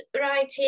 writing